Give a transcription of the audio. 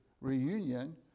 reunion